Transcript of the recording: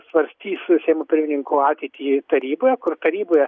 svarstys seimo pirmininko ateitį taryboje kur taryboje